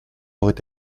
aurait